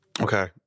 Okay